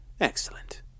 Excellent